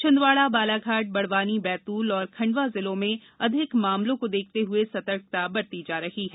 छिंदवाड़ा बालाघाट बड़वानी बैतूल और खंडवा जिलों में अधिक मामलों को देखते हुए सतर्कता बरती जा रही है